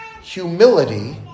humility